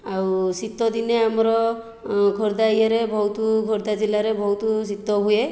ଆଉ ଶୀତଦିନେ ଆମର ଖୋର୍ଦ୍ଧା ଇଏରେ ବହୁତ ଖୋର୍ଦ୍ଧା ଜିଲ୍ଲାରେ ବହୁତ ଶୀତ ହୁଏ